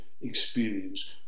experience